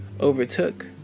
overtook